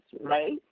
right